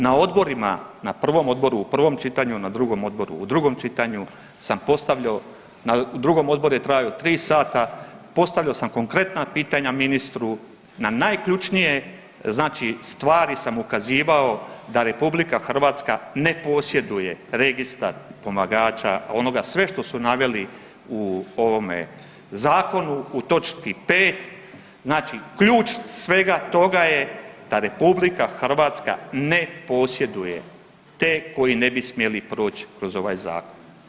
Na odborima, na prvom odboru u prvom čitanju, na drugom odboru u drugom čitanju sam postavljao u drugom odboru je trajao tri sata postavljao sam konkretna pitanja ministru, na najključnije stvari sam ukazivao da RH ne posjeduje registar pomagača onoga sve što su naveli u ovome zakonu u točki 5., znači ključ svega toga je da RH ne posjeduje te koji ne bi smjeli proć kroz ovaj zakon.